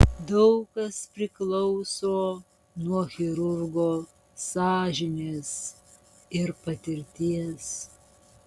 daug kas priklauso nuo chirurgo sąžinės ir patirties